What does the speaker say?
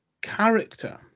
character